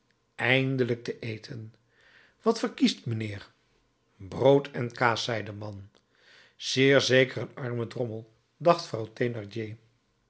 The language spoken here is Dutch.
eindelijk te eten wat verkiest mijnheer brood en kaas zei de man zeer zeker een arme drommel dacht